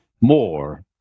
more